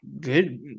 good